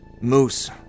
moose